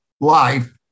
life